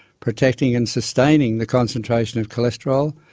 protecting and sustaining the concentration of cholesterol,